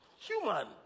human